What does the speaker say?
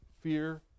fear